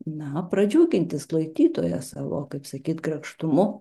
na pradžiuginti sulaikytoją savo kaip sakyt grakštumu